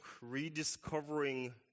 Rediscovering